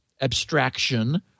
abstraction